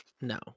No